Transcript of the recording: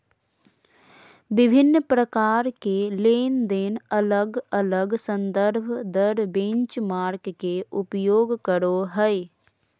विभिन्न प्रकार के लेनदेन अलग अलग संदर्भ दर बेंचमार्क के उपयोग करो हइ